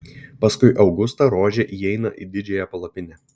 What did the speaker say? paskui augustą rožė įeina į didžiąją palapinę